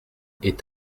est